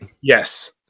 Yes